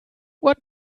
what